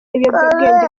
ibiyobyabwenge